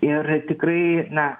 ir tikrai na